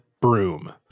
broom